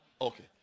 Okay